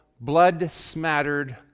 blood-smattered